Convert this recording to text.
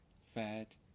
fat